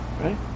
right